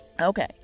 Okay